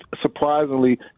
surprisingly